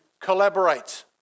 collaborate